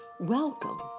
Welcome